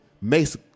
Mace